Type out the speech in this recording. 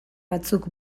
batzuk